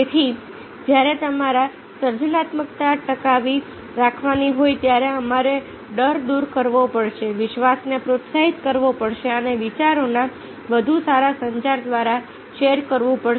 તેથી જ્યારે તમારે સર્જનાત્મકતા ટકાવી રાખવાની હોય ત્યારે અમારે ડર દૂર કરવો પડશે વિશ્વાસને પ્રોત્સાહિત કરવો પડશે અને વિચારોના વધુ સારા સંચાર દ્વારા શેર કરવું પડશે